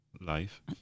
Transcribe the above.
life